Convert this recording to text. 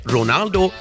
Ronaldo